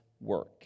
work